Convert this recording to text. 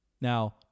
Now